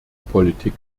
politik